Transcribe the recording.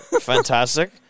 Fantastic